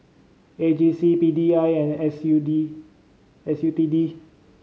A G C P D I and S U D S U T D